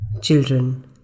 Children